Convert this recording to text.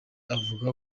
avuga